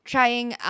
Trying